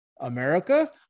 America